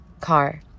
car